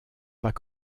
pas